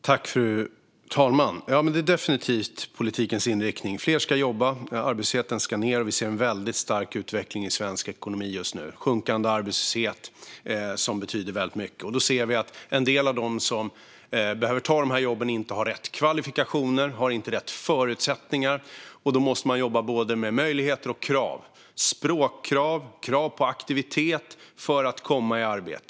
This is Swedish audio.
Fru talman! Det är definitivt politikens inriktning att fler ska jobba och arbetslösheten ska ned. Vi ser en väldigt stark utveckling i svensk ekonomi just nu med en sjunkande arbetslöshet, vilket betyder väldigt mycket. Vi ser att en del av dem som behöver ta de här jobben inte har rätt kvalifikationer och inte har rätt förutsättningar, och då måste man jobba med både möjligheter och krav: språkkrav och krav på aktivitet för att komma i arbete.